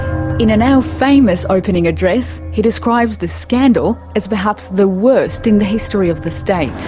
in a now famous opening address, he describes the scandal as perhaps the worst in the history of the state.